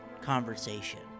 conversation